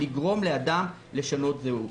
לגרום לאדם לשנות זהות.